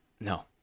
No